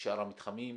בשאר המתחמים.